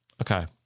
Okay